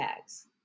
tags